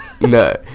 No